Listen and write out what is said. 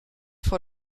vor